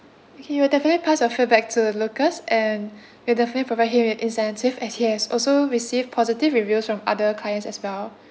okay we'll definitely pass your feedback to lucas and we'll definitely provide him with incentive as he has also received positive reviews from other clients as well